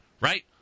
Right